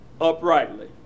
uprightly